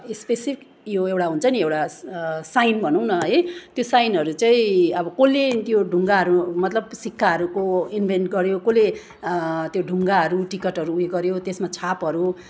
specific यो एउटा हुन्छ नि एउटा साइन भनौँ न है त्यो साइनहरू चाहिँ अब कसले त्यो ढुङ्गाहरू मतलब सिक्काहरूको इन्भेन्ट गऱ्यो कसले त्यो ढुङ्गाहरू टिकटहरू उयो गऱ्यो त्यसमा छापहरू